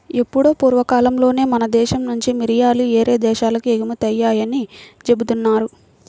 ఎప్పుడో పూర్వకాలంలోనే మన దేశం నుంచి మిరియాలు యేరే దేశాలకు ఎగుమతయ్యాయని జెబుతున్నారు